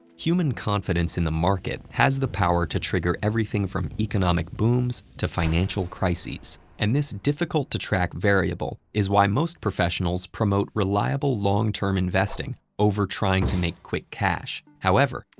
human confidence in the market has the power to trigger everything from economic booms to financial crises. and this difficult-to-track variable is why most professionals promote reliable long term investing over trying to make quick cash. however,